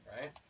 right